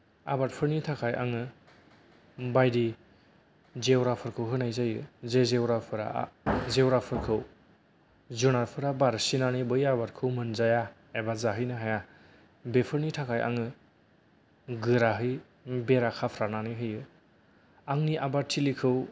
आबादफोरनि थाखाय आङो बायदि जेवराफोरखौ होनाय जायो जे जेवराफोरा जेवराफोरखौ जुनारफोरा बारसिनानै बै आबादफोरखौ मोनजाया एबा जाहैनो हाया बेफोरनि थाखाय आङो गोरायै बेरा खाफ्रानानै होयो आंनि आबादथिलिखौ